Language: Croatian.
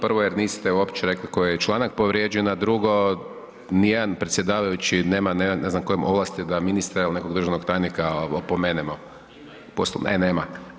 Prvo jer niste uopće rekli koji je članak povrijeđen, a drugo nijedan predsjedavajući nema ne znam koje ovlasti da ministra il nekog državnog tajnika opomenemo [[Upadica iz klupe: Ima, ima]] E, nema.